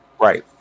Right